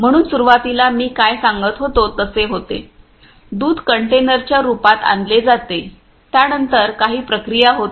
म्हणून सुरुवातीला मी काय सांगत होतो तसे होते दूध कंटेनरच्या रूपात आणले जाते त्यानंतर काही प्रक्रिया होते